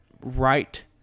right